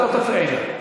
את לא תפריעי לה.